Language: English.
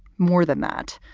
more than that,